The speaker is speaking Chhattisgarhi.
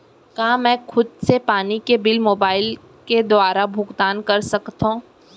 का मैं खुद से पानी के बिल मोबाईल के दुवारा भुगतान कर सकथव?